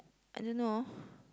I don't know